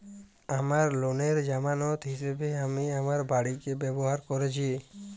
আমার লোনের জামানত হিসেবে আমি আমার বাড়িকে ব্যবহার করেছি